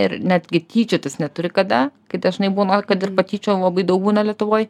ir netgi tyčiotis neturi kada kaip dažnai būna kad ir patyčių labai daug būna lietuvoj